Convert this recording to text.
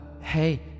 hey